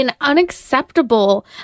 unacceptable